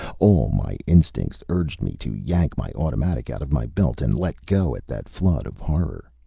all my instincts urged me to yank my automatic out of my belt and let go at that flood of horror.